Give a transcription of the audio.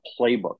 playbook